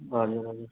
हजुर हजुर